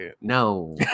No